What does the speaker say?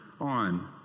on